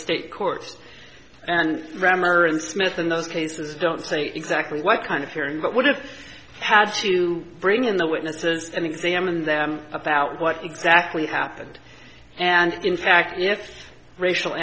state courts and rammer and smith in those cases don't see exactly what kind of hearing but what if you had to bring in the witnesses and examine them about what exactly happened and in fact yes racial